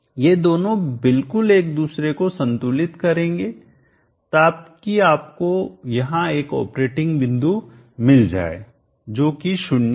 ये दोनों बिल्कुल एक दूसरे को संतुलित करेंगे ताकि आपको यहां एक ऑपरेटिंग बिंदु मिल जाए जो कि 0 है